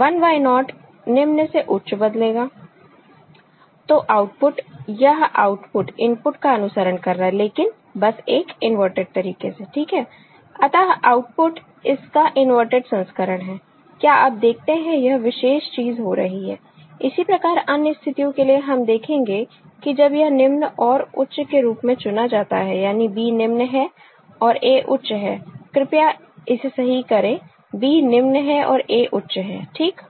1 Ynaught निम्न से उच्च बदलेगा तो आउटपुट यह आउटपुट इनपुट का अनुसरण कर रहा है लेकिन बस एक इनवर्टेड तरीके से ठीक है अतः आउटपुट इसका इनवर्टेड संस्करण है क्या आप देखते हैं यह विशेष चीज हो रही है इसी प्रकार अन्य स्थितियों के लिए हम देखेंगे कि जब यह निम्न और उच्च के रूप में चुना जाता है यानी B निम्न है और A उच्च है कृपया इसे सही करें B निम्न है और A उच्च है ठीक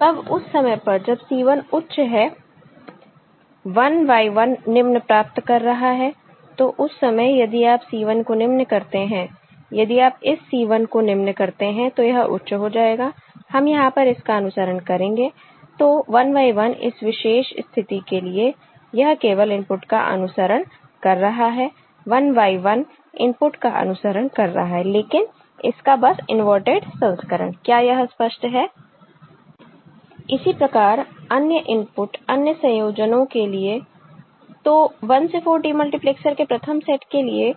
तब उस समय पर जब C 1 उच्च है 1 Y 1 निम्न प्राप्त कर रहा है तो उस समय यदि आप C 1 को निम्न करते हैं यदि आप इस C 1 को निम्न करते हैं तो यह उच्च हो जाएगा हम यहां पर इसका अनुसरण करेंगे तो 1 Y 1 इस विशेष स्थिति के लिए यह केवल इनपुट का अनुसरण कर रहा है 1 Y 1 इनपुट का अनुसरण कर रहा है लेकिन इसका बस इनवर्टेड संस्करण क्या यह स्पष्ट है इसी प्रकार अन्य इनपुट अन्य संयोजनो के लिए तो 1 से 4 डीमल्टीप्लैक्सर के प्रथम सेट के लिए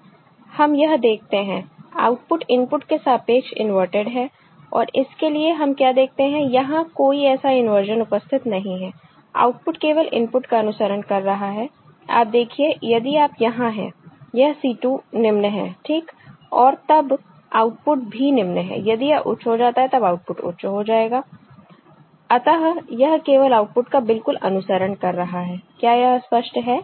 हम यह देखते हैं आउटपुट इनपुट के सापेक्ष इनवर्टेड है और इसके लिए हम क्या देखते हैं यहां कोई ऐसा इंवर्जन उपस्थित नहीं है आउटपुट केवल इनपुट का अनुसरण कर रहा है आप देखिए यदि आप यहां हैं यह C 2 निम्न है ठीक और तब आउटपुट भी निम्न है यदि यह उच्च हो जाता है तब आउटपुट उच्च हो जाएगा अतः यह केवल आउटपुट का बिल्कुल अनुसरण कर रहा है क्या यह स्पष्ट है